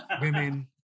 Women